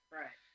right